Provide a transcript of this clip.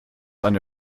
eine